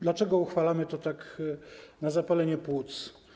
Dlaczego uchwalamy to tak na zapalenie płuc?